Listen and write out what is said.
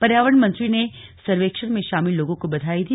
पर्यावरण मंत्री ने सर्वेक्षण में शामिल लोगों को बधाई दी